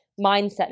mindset